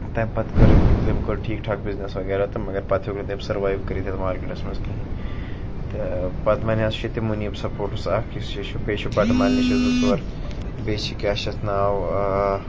تَمہِ پَتہٕ کٔر ٲں تٔمۍ کٔر ٹھیٖک ٹھاک بِزنیٚس وغیرہ تہٕ مگر پَتہٕ ہیٛوک نہٕ تٔمۍ سٔروایو کٔرِتھ یتھ مارکیٚٹَس منٛز کِہیٖنۍ تہٕ پَتہٕ وۄنۍ حظ چھِ تِم مُنیٖب سَپورٹٕس اَکھ یُس یہِ چھُ بیٚیہِ چھُ بَٹہٕ مالنہِ چھُ زٕ ژور بیٚیہِ چھِ کیٛاہ چھُ اَتھ ناو ٲں